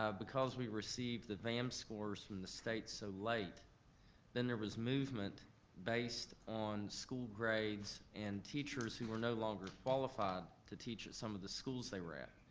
because we receive the vam scores from the state so late then there was movements based on school grades and teachers who were no longer qualified to teach at some of the schools they were at.